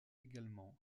également